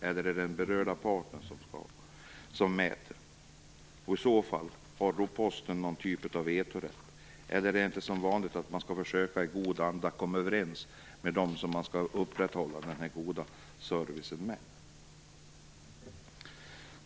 Eller är det de berörda parterna som mäter? Har i så fall Posten någon typ av vetorätt? Skall man inte som vanligt i god anda försöka att komma överens med dem som man upprätthålla denna goda service med?